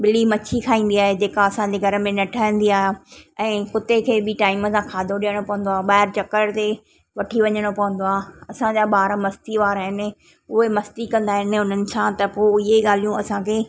ॿिली मछी खाईंदी आहे जेका असांजे घर में न ठहंदी आहे ऐं कुते खे बि टाईम सां खाधो ॾियणो पवंदो आहे ॿाहिरि चक्कर ते वठी वञिणो पवंदो आहे असांजा ॿार मस्तीअ वारा आहिनि उहे मस्ती कंदा आहिनि उन्हनि सां त पोइ इहे ॻाल्हियूं असांखे